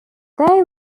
they